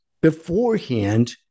beforehand